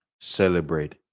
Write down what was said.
celebrate